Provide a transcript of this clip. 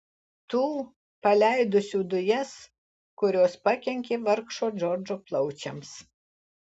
tų paleidusių dujas kurios pakenkė vargšo džordžo plaučiams